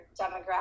demographic